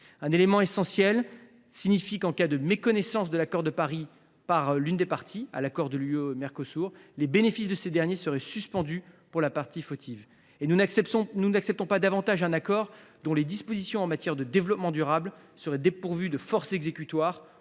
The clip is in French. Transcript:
suffiraient pas. Il faut que, en cas de méconnaissance de l’accord de Paris par l’une des parties à l’accord UE Mercosur, les bénéfices de ce dernier soient suspendus pour la partie fautive. Nous n’acceptons pas davantage un accord dont les dispositions en matière de développement durable seraient dépourvues de force exécutoire,